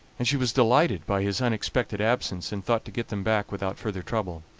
and she was delighted by his unexpected absence, and thought to get them back without further trouble.